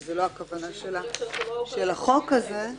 שזה לא הכוונה של החוק הזה,